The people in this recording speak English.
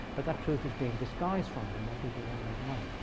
but the truth is being disguised from them by people who want to make money.